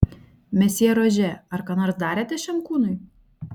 mesjė rožė ar ką nors darėte šiam kūnui